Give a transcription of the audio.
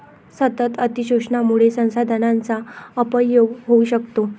सतत अतिशोषणामुळे संसाधनांचा अपव्यय होऊ शकतो